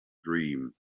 dream